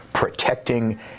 protecting